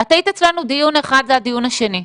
את היית אצלנו דיון אחד והדיון השני.